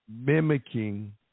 mimicking